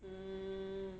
mm